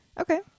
Okay